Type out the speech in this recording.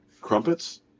Crumpets